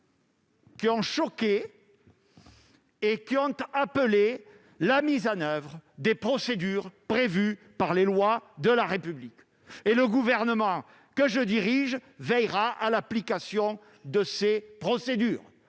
qui ont choqué et appelé la mise en oeuvre des procédures prévues par les lois de la République. Le gouvernement que je dirige veillera à l'application de ces procédures.